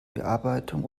bearbeitung